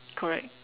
correct